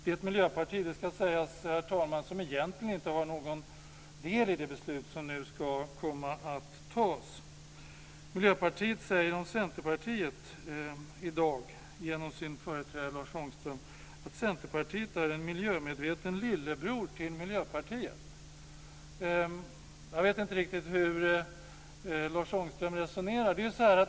Det ska sägas, herr talman, att Miljöpartiet egentligen inte har någon del i det beslut som nu kommer att fattas. Miljöpartiet säger i dag om Centerpartiet genom sin företrädare Lars Ångström att Centerpartiet är en miljömedveten lillebror till Miljöpartiet. Jag vet inte riktigt hur Lars Ångström resonerar.